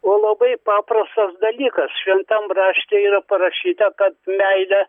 o labai paprastas dalykas šventam rašte yra parašyta kad meilė